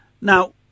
Now